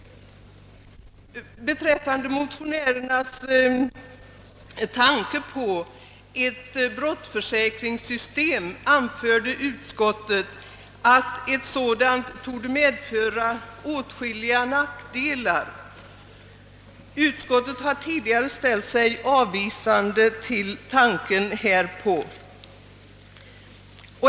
Beträffande motionärernas tanke på ett brottsförsäkringssystem anför utskottet att ett sådant torde medföra åtskilliga nackdelar. Utskottet har tidigare ställt sig avvisande till tanken härpå.